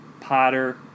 Potter